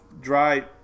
dry